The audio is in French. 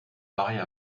pareille